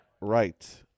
right